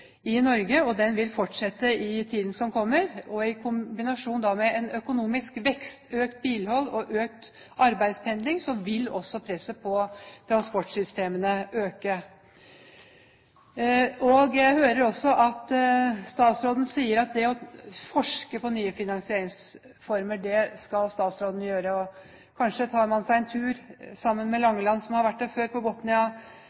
Norge – den vil fortsette i tiden som kommer – og i kombinasjon med økonomisk vekst, økt bilhold og økt arbeidspendling vil også presset på transportsystemene øke. Jeg hører at statsråden sier at hun skal forske på nye finansieringsformer. Kanskje tar man seg en tur med Botniabanan i Sverige sammen med